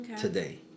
today